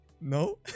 no